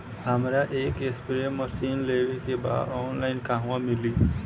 हमरा एक spray machine लेवे के बा ऑनलाइन कहवा मिली?